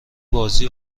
بازی